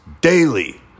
DAILY